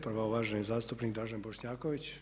Prva uvaženi zastupnik Dražen Bošnjaković.